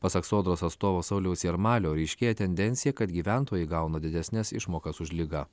pasak sodros atstovo sauliaus jarmalio ryškėja tendencija kad gyventojai gauna didesnes išmokas už ligą